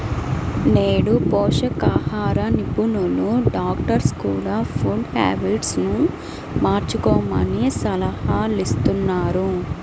నేడు పోషకాహార నిపుణులు, డాక్టర్స్ కూడ ఫుడ్ హ్యాబిట్స్ ను మార్చుకోమని సలహాలిస్తున్నారు